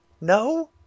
no